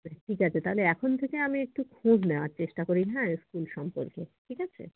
ঠিক আছে তাহলে এখন থেকে আমি একটু খোঁজ নেওয়ার চেষ্টা করি হ্যাঁ স্কুল সম্পর্কে ঠিক আছে